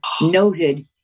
noted